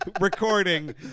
recording